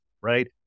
right